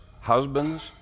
husbands